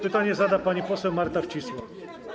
Pytanie zada pani poseł Marta Wcisło.